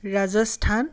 Rajasthan